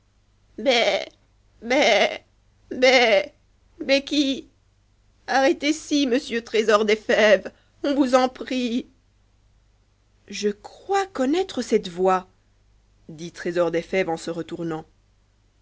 ci monsieur trésor des fèves on vous en prie je crois connaître cette voix dit trésor des fèves en se retournant